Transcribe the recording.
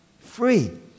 Free